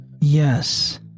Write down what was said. Yes